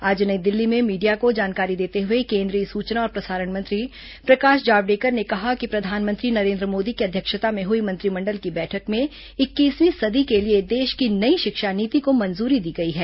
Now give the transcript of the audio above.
आज नई दिल्ली में मीडिया को जानकारी देते हुए केंद्रीय सुचना और प्रसारण मंत्री प्रकाश जावड़ेकर ने कहा कि प्रधानमंत्री नरेंद्र मोदी की अध्यक्षता में हुई मंत्रिमंडल की बैठक में इक्कीसरीं सदी के लिए देश की नई शिक्षा नीति को मंजूरी दी गई है